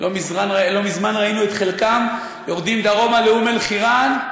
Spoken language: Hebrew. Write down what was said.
לא מזמן ראינו את חלקם יורדים דרומה לאום-אלחיראן,